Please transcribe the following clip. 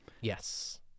Yes